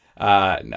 no